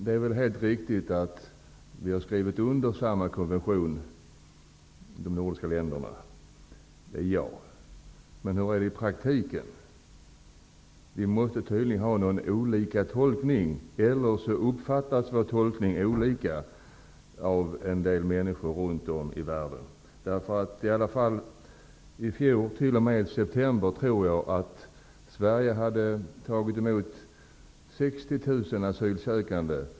Det är helt riktigt att de nordiska länderna har skrivit under samma konvention. Men hur är det i praktiken? Vi måtte tydligen tolka det hela olika, eller också uppfattas vår tolkning på olika sätt av en del människor runt om i världen. T.o.m. september i fjol hade Sverige tagit emot 60 000 asylsökande.